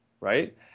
right